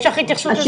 יש לך התייחסות לזה?